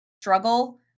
struggle